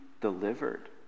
delivered